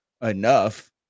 enough